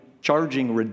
charging